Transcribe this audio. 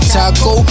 Taco